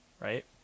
right